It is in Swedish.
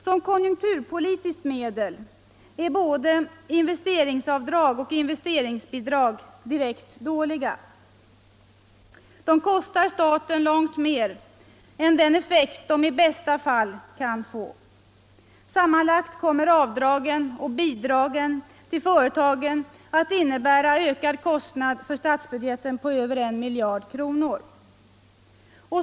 Som konjunkturpolitiskt medel är både investeringsavdrag och investeringsbidrag direkt dåliga. De kostar staten långt mer än den effekt de i bästa fall kan få. Sammanlagt kommer avdragen och bidragen till företagen att innebära en ökad kostnad för statsbudgeten på över I miljard kronor.